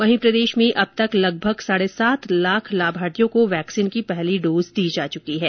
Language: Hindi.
वहीं प्रदेश में अब तक लगभग साढ़े सात लाख लाभार्थियों को वैक्सीन की पहली डोज दी जा चुकी है